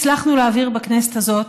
ואכן, הצלחנו להעביר בכנסת הזאת